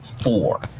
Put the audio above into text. four